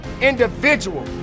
individual